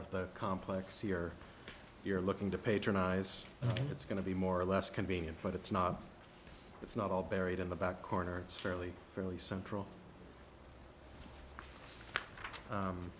of the complex here you're looking to patronize it's going to be more or less convenient but it's not it's not all buried in the back corner it's fairly fairly central